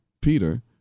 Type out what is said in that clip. Peter